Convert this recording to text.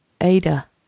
ada